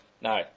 No